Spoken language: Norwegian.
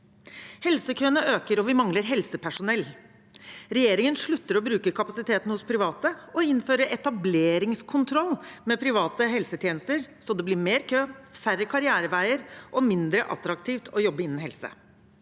Helsekøene øker, og vi mangler helsepersonell. Regjeringen slutter å bruke kapasiteten hos private og innfører etableringskontroll med private helsetjenester, sånn at det blir mer kø, færre karriereveier og mindre attraktivt å jobbe innen helse.